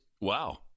Wow